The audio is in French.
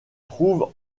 trouve